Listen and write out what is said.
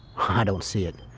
i don't see it.